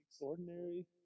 ordinary